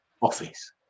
office